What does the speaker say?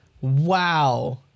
Wow